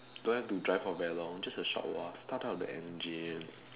don't have to drive for very long just a short while start up the engine